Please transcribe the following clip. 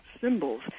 symbols